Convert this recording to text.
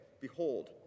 Behold